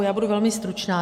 Já budu velmi stručná.